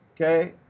okay